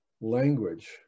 language